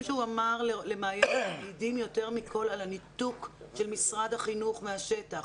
שהוא אמר למעיין עומדים יותר מכל על הניתוק של משרד החינוך מהשטח.